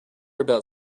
about